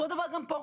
אותו הדבר גם פה,